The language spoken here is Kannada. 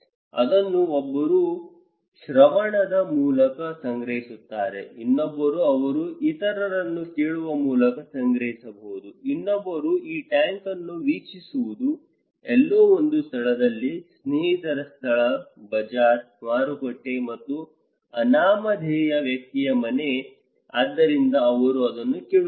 ಅದನ್ನು ಒಬ್ಬರು ಶ್ರವಣದ ಮೂಲಕ ಸಂಗ್ರಹಿಸಬಹುದು ಇನ್ನೊಬ್ಬರು ಅವರು ಇತರರಿಂದ ಕೇಳುವ ಮೂಲಕ ಸಂಗ್ರಹಿಸಬಹುದು ಇನ್ನೊಬ್ಬರು ಈ ಟ್ಯಾಂಕ್ ಅನ್ನು ವೀಕ್ಷಿಸುವುದು ಎಲ್ಲೋ ಒಂದು ಸ್ಥಳದಲ್ಲಿ ಸ್ನೇಹಿತರ ಸ್ಥಳ ಬಜಾರ್ ಮಾರುಕಟ್ಟೆ ಮತ್ತು ಅನಾಮಧೇಯ ವ್ಯಕ್ತಿಯ ಮನೆ ಆದ್ದರಿಂದ ಅವರು ಅದನ್ನು ಕೇಳುತ್ತಾರೆ